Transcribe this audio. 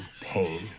pain